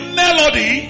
melody